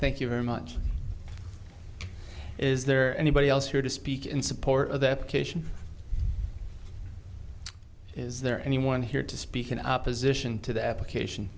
thank you very much is there anybody else here to speak in support of that occasion is there anyone here to speak in opposition to the application